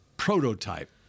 prototype